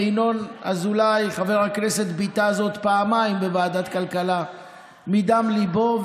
וחבר הכנסת ינון אזולאי ביטא זאת פעמיים בוועדת הכלכלה מדם ליבו,